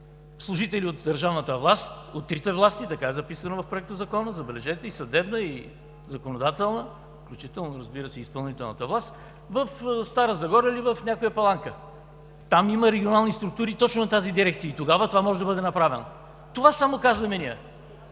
служителите от държавната власт, от трите власти – така е записано в Проектозакона, забележете: и съдебната, и законодателната, включително и изпълнителната власт, в Стара Загора или в някоя паланка. Там има регионални структури точно на тази дирекция и тогава това може да бъде направено. Това само казваме ние!